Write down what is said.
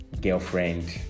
girlfriend